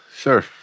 Sure